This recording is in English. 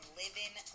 living